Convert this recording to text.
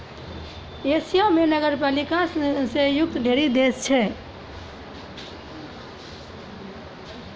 Asia म नगरपालिका स युक्त ढ़ेरी देश छै